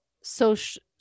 social